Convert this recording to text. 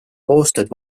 koostööd